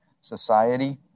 society